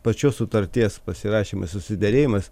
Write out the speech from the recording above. pačios sutarties pasirašymas susiderėjimas